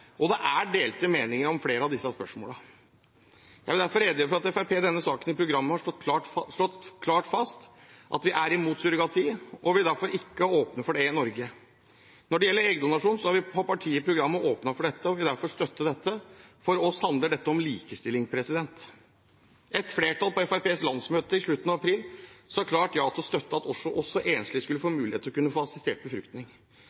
og det er delte meninger om flere av disse spørsmålene. Jeg vil derfor redegjøre for at Fremskrittspartiet i denne saken i sitt program har slått klart fast at vi er imot surrogati og vil derfor ikke åpne for det i Norge. Når det gjelder eggdonasjon, har vi i partiprogrammet åpnet for det og vil derfor støtte dette. For oss handler dette om likestilling. Et flertall på Fremskrittspartiets landsmøte i slutten av april sa klart ja til å støtte at også enslige skulle få mulighet til å kunne få assistert befruktning.